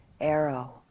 arrow